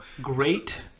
great